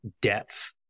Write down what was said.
depth